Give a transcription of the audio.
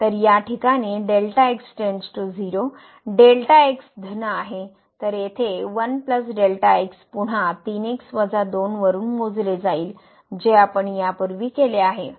तर या ठिकाणी धन आहे तर येथे पुन्हा 3x 2 वरून मोजले जाईल जे आपण यापूर्वी केले आहे